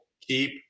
keep